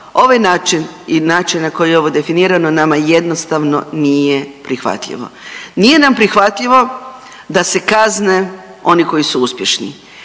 ovaj način i način na koji je ovo definirano nama jednostavno nije prihvatljivo. Nije nam prihvatljivo da se kazne oni koji su uspješni.